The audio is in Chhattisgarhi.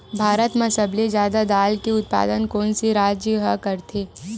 भारत मा सबले जादा दाल के उत्पादन कोन से राज्य हा करथे?